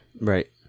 Right